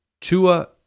Tua